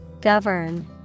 Govern